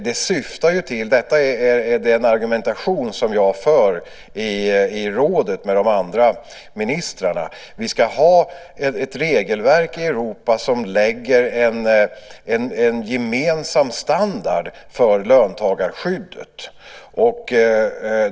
Detta är den argumentation som jag för i rådet med de andra ministrarna. Vi ska ha ett regelverk i Europa som lägger en gemensam standard för löntagarskyddet.